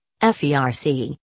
FERC